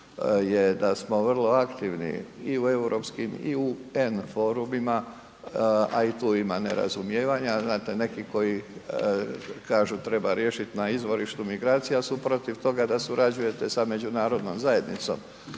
je da smo vrlo aktivni i u europskim i UN forumima, a i tu ima nerazumijevanja. Znate, neki koji kažu treba riješiti na izvorištu migracija su protiv toga da surađujete sa Međunarodnom zajednicom